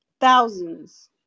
thousands